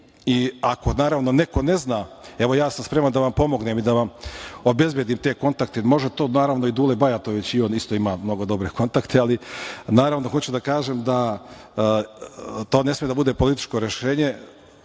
i ako neko ne zna, evo ja sam spreman da vam pomognem i obezbedim te kontakte, može to naravno i Dule Bajatović, on isto ima mnogo dobre kontakte, ali hoću da kažem da to ne sme da bude političko rešenje